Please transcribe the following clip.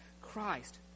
Christ